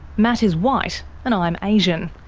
matt is white, and i'm asian.